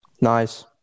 Nice